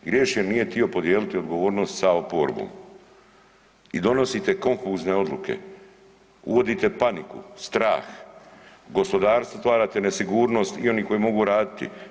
Griješi jer nije htio podijeliti odgovornost sa oporbom i donosite konfuzne odluke, uvodite paniku, strah, gospodarstvu stvarate nesigurnost i oni koji mogu raditi.